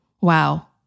wow